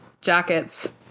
jackets